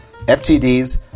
FTDs